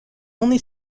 only